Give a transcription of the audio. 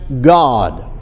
God